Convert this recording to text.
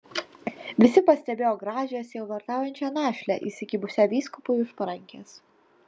visi pastebėjo gražią sielvartaujančią našlę įsikibusią vyskupui už parankės